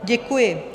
Děkuji.